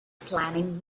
planning